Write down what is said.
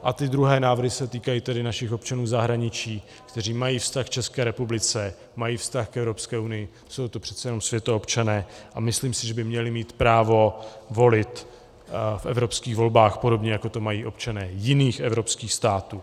A ty druhé návrhy se týkají našich občanů v zahraničí, kteří mají vztah k České republice, mají vztah k Evropské unii, jsou to přece jenom světoobčané a myslím si, že by měli mít právo volit v evropských volbách, podobně jako to mají občané jiných evropských států.